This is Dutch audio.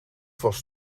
was